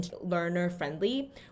learner-friendly